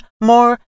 more